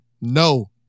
No